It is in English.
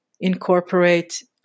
incorporate